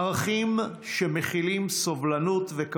ערכים שמכילים סובלנות ואת